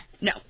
No